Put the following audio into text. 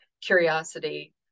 curiosity